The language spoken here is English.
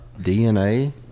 DNA